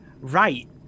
Right